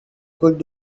could